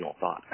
thought